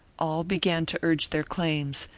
all began to urge their claims,